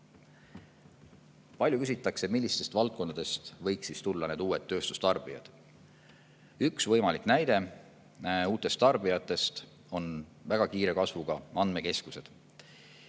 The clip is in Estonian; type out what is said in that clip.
Palju küsitakse, millistest valdkondadest võiks tulla need uued tööstustarbijad. Üks võimalik näide uutest tarbijatest on väga kiire kasvuga andmekeskused.